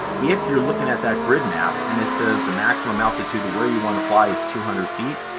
if you're looking at that grid map and it says the maximum altitude to where you want to fly is two hundred feet,